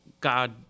God